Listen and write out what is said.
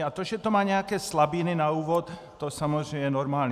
A to, že to má nějaké slabiny na úvod, to je samozřejmě normální.